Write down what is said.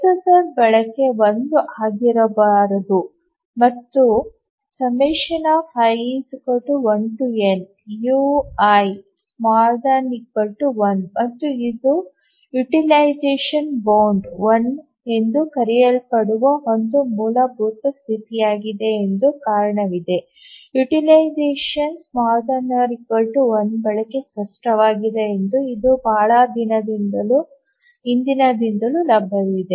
ಪ್ರೊಸೆಸರ್ನ ಬಳಕೆ 1 ಆಗಿರಬಾರದು ಮತ್ತು i1nui1 ಮತ್ತು ಇದು ಯುಟಿಲೈಸೇಶನ್ ಬೌಂಡ್ ಒನ್ ಎಂದು ಕರೆಯಲ್ಪಡುವ ಒಂದು ಮೂಲಭೂತ ಸ್ಥಿತಿಯಾಗಿದೆ ಎಂಬ ಕಾರಣದಿಂದ utilization ≤ 1 ಬಳಕೆ ಸ್ಪಷ್ಟವಾಗಿದೆ ಎಂದು ಇದು ಬಹಳ ಹಿಂದಿನಿಂದಲೂ ಲಭ್ಯವಿದೆ